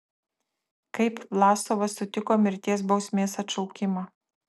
kaip vlasovas sutiko mirties bausmės atšaukimą